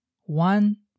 one